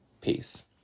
Peace